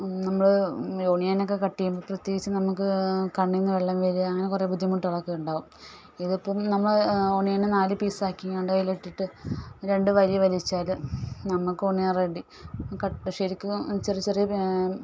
നമ്മൾ ഒനിയനൊക്കെ കട്ട് ചെയ്യുമ്പോൾ പ്രത്യേകിച്ച് നമുക്ക് കണ്ണിൽ നിന്ന് വെള്ളം വരുക അങ്ങനെ കുറേ ബുദ്ധിമുട്ടുകളൊക്കെ ഉണ്ടാകും ഇതിപ്പം നമ്മൾ ഒണിയനെ നാല് പീസ് ആക്കികൊണ്ട് അതിലിട്ടിട്ട് രണ്ട് വലി വലിച്ചാൽ നമുക്ക് ഒനിയൻ റെഡി കട്ട് ശരിക്കും ചെറിയ ചെറിയ